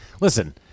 Listen